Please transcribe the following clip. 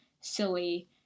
silly